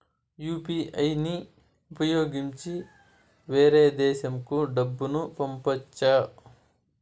UPI ని ఉపయోగించి వేరే దేశంకు డబ్బును పంపొచ్చా?